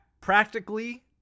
practically